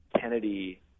Kennedy